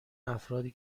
افرادی